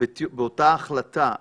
באותה החלטה,